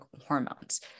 hormones